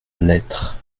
lettres